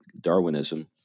Darwinism